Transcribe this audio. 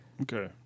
Okay